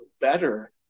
better